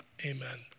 amen